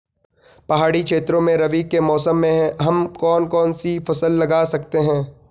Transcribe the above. पहाड़ी क्षेत्रों में रबी के मौसम में हम कौन कौन सी फसल लगा सकते हैं?